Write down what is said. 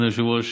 אדוני היושב-ראש,